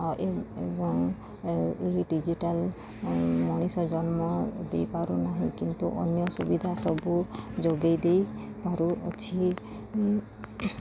ଏବଂ ଏହି ଡିଜିଟାଲ୍ ମଣିଷ ଜନ୍ମ ଦେଇପାରୁନାହିଁ କିନ୍ତୁ ଅନ୍ୟ ସୁବିଧା ସବୁ ଯୋଗେଇ ଦେଇ ପାରୁଅଛି